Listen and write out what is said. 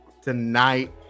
tonight